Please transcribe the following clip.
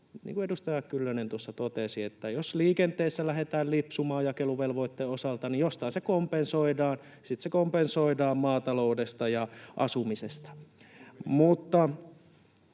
kuin edustaja Kyllönen tuossa totesi, että jos liikenteessä lähdetään lipsumaan jakeluvelvoitteen osalta, niin jostain se kompensoidaan — sitten se kompensoidaan maataloudesta ja asumisesta.